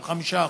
של 5%,